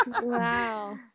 Wow